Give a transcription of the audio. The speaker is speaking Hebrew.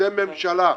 אתם ממשלה,